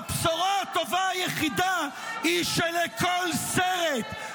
והבשורה הטובה היחידה היא שלכל סרט,